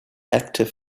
active